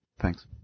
Thanks